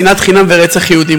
שנאת חינם ורצח יהודים.